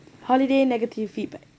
holiday negative feedback